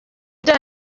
byaha